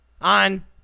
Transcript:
on